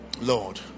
lord